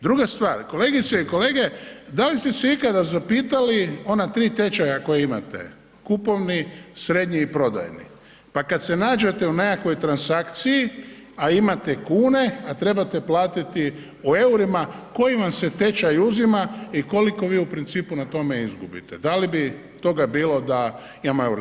Druga stvar, kolegice i kolege da li ste se ikada zapitali ona tri tečaja koja imate, kupovni, srednji i prodajni, pa kad se nađete u nekakvoj transakciji, a imate kune, a trebate platiti u EUR-ima koji vam se tečaj uzima i koliko vi u principu na tome izgubite, da li bi toga bilo da imamo EUR-o?